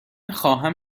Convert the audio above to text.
خواهم